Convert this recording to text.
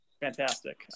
Fantastic